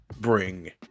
bring